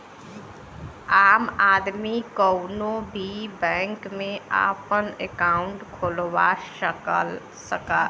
आम आदमी कउनो भी बैंक में आपन अंकाउट खुलवा सकला